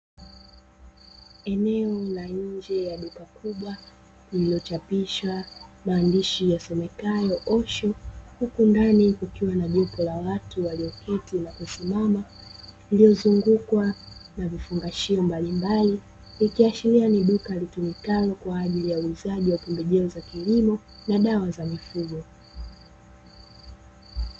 Eneo la nje ya duka kubwa lililochapishwa maandishi yasomekayo "Osho", huku ndani kukiwa na nipo la watu walioketi na kusimama iliyozungukwa na vifungashio mbalimbali, ikiashiria ni duka litumikalo kwa ajili ya uuzaji wa pembejeo za kilimo na dawa za mifugo.